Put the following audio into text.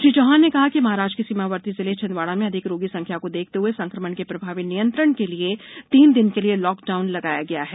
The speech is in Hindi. श्री चौहान ने कहा कि महाराष्ट्र के सीमावर्ती जिले छिंदवाड़ा में अधिक रोगी संख्या को देखते हुए संक्रमण के प्रभावी नियंत्रण के लिए तीन दिन के लिए लॉक डाउन किया गया है